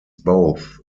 both